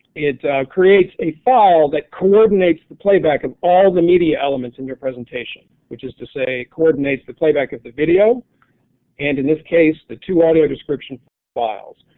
it creates a file that coordinates the play back of all the media elements in your presentation which is to say coordinates play back of the video and in this case the two audio description files.